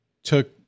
took